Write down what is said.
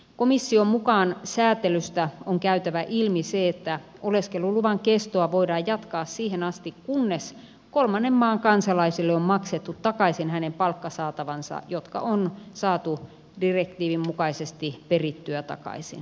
komission mukaan säätelystä on käytävä ilmi se että oleskeluluvan kestoa voidaan jatkaa siihen asti kunnes kolmannen maan kansalaiselle on maksettu takaisin hänen palkkasaatavansa jotka on saatu direktiivin mukaisesti perittyä takaisin